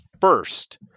first